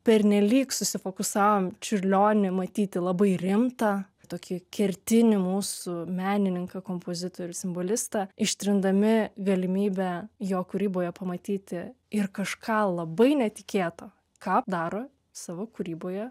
pernelyg susifokusavom čiurlionį matyti labai rimtą tokį kertinį mūsų menininką kompozitorių simbolistą ištrindami galimybę jo kūryboje pamatyti ir kažką labai netikėto ką daro savo kūryboje